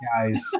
guys